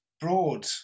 broad